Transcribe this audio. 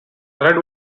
red